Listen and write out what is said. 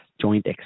Joint